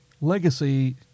legacy